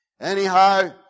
Anyhow